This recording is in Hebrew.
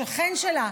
השכן שלה,